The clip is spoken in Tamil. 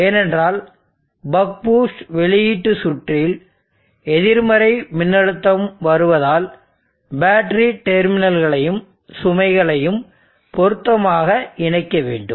ஏனென்றால் பக் பூஸ்ட் வெளியீட்டு சுற்றில் எதிர்மறை மின்னழுத்தம் வருவதால் பேட்டரி டெர்மினல்களையும் சுமைகளையும் பொருத்தமாக இணைக்க வேண்டும்